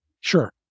Sure